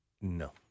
No